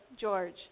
George